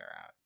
out